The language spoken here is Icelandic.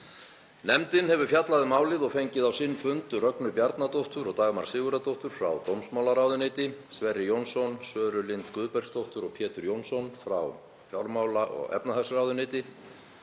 Nefndin hefur fjallað um málið og fengið á sinn fund Rögnu Bjarnadóttur og Dagmar Sigurðardóttur frá dómsmálaráðuneyti, Sverri Jónsson, Söru Lind Guðbergsdóttur og Pétur Jónasson frá fjármála- og efnahagsráðuneyti,